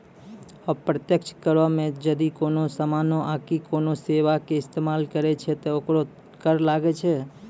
अप्रत्यक्ष करो मे जदि कोनो समानो आकि कोनो सेबा के इस्तेमाल करै छै त ओकरो कर लागै छै